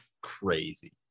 crazy